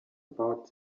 about